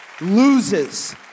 loses